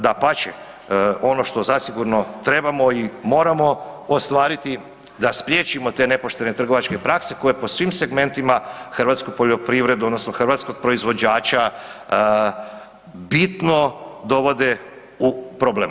Dapače, ono što zasigurno trebamo i moramo ostvariti da spriječimo te nepoštene trgovačke prakse koje po svim segmentima hrvatsku poljoprivredu odnosno hrvatskog proizvođača bitno dovode u problem.